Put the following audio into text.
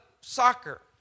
soccer